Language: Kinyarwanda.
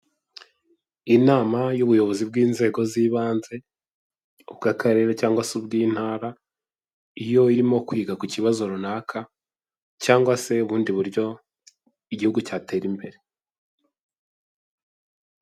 Inama y'ubuyobozi bw'inzego z'ibanze ubw'akarere cyangwa se ubw'intara, iyo irimo kwiga ku kibazo runaka cyangwa se ubundi buryo igihugu cyatera imbere.